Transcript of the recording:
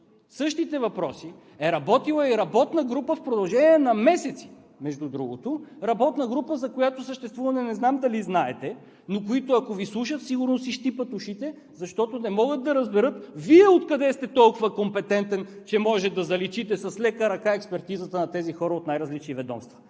същите въпроси е работила и работна група в продължение на месеци, между другото. Работна група, за чието съществуване не знам дали знаете, но които, ако Ви слушат, сигурно си щипят ушите, защото не могат да разберат Вие откъде сте толкова компетентен, че може да заличите с лека ръка експертизата на тези хора от най-различни ведомства.